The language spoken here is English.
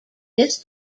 this